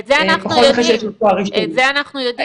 את זה אנחנו יודעים.